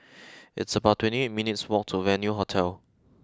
it's about twenty eight minutes' walk to Venue Hotel